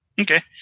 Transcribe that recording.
Okay